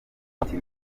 ati